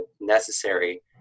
necessary